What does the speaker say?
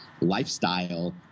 lifestyle